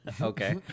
okay